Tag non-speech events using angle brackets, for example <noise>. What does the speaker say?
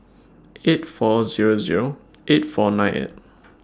eight four Zero Zero eight four nine eight <noise>